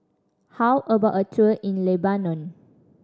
how about a tour in Lebanon